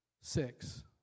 Six